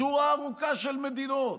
בשורה ארוכה של מדינות,